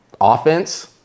offense